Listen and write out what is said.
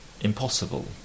impossible